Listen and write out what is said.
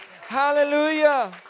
Hallelujah